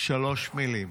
שלוש מילים: